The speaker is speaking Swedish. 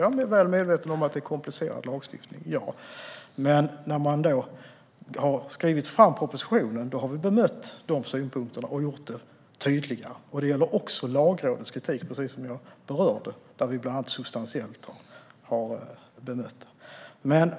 Jag är väl medveten om att det är komplicerad lagstiftning, men när vi har skrivit fram propositionen har vi bemött de synpunkterna och gjort det tydligare. Det gäller också Lagrådets kritik, som jag berörde, som vi bland annat substantiellt har bemött.